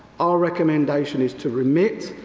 our like um and and is to remit,